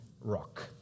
rock